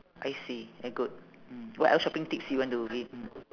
I see very good mm what else shopping tips you want to re~ mm